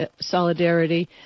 solidarity